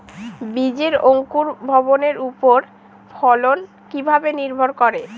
বীজের অঙ্কুর ভবনের ওপর ফলন কিভাবে নির্ভর করে?